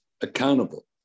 accountable